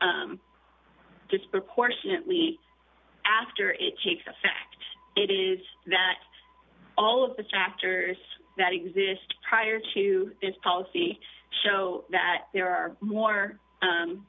disproportionately after it takes effect it is that all of the chapters that exist prior to this policy show that there are more